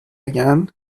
again